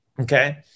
Okay